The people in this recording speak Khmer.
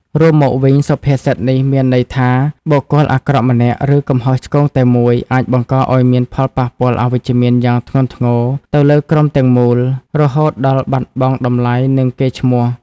រួមមកវិញ សុភាសិតនេះមានន័យថា បុគ្គលអាក្រក់ម្នាក់ ឬកំហុសឆ្គងតែមួយ អាចបង្កឲ្យមានផលប៉ះពាល់អវិជ្ជមានយ៉ាងធ្ងន់ធ្ងរទៅលើក្រុមទាំងមូល រហូតដល់បាត់បង់តម្លៃ និងកេរ្តិ៍ឈ្មោះ។